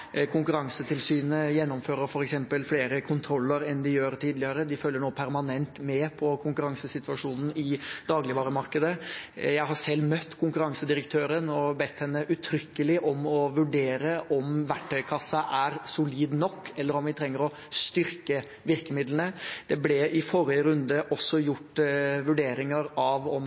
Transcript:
Konkurransetilsynet gjennomfører f.eks. flere kontroller enn de gjorde tidligere. De følger nå permanent med på konkurransesituasjonen i dagligvaremarkedet. Jeg har selv møtt konkurransedirektøren og bedt henne uttrykkelig om å vurdere om verktøykassen er solid nok, eller om vi trenger å styrke virkemidlene. Det ble i forrige runde også gjort vurderinger av om